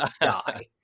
die